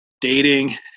dating